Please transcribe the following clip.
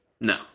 No